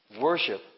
Worship